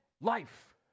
life